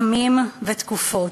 עמים ותקופות.